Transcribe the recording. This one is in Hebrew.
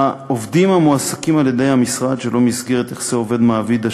העובדים המועסקים על-ידי המשרד שלא במסגרת יחסי עובד מעביד,